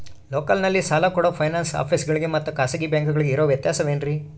ಲೋಕಲ್ನಲ್ಲಿ ಸಾಲ ಕೊಡೋ ಫೈನಾನ್ಸ್ ಆಫೇಸುಗಳಿಗೆ ಮತ್ತಾ ಖಾಸಗಿ ಬ್ಯಾಂಕುಗಳಿಗೆ ಇರೋ ವ್ಯತ್ಯಾಸವೇನ್ರಿ?